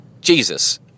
Jesus